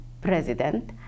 president